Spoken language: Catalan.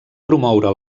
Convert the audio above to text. promoure